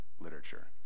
literature